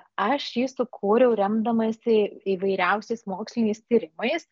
aš jį sukūriau remdamasi įvairiausiais moksliniais tyrimais